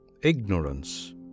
ignorance